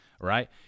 right